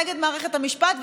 נגד מערכת המשפט,